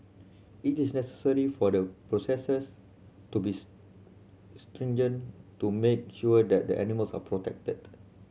it is necessary for the processes to be stringent to make sure that the animals are protected